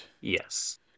Yes